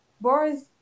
boys